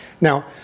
Now